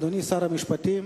אדוני שר המשפטים,